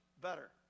better